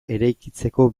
eraikitzeko